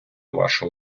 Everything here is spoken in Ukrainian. вашу